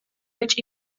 which